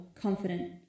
confident